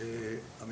הרי הם,